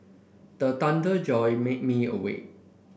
the thunder jolt made me awake